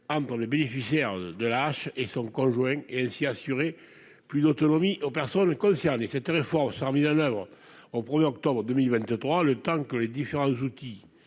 pour les bénéficiaires de la hache et son conjoint et ainsi assurer plus d'autonomie aux personnes concernées, cette réforme 100000 Hanovre au 1er octobre 2023, le temps que les différents outils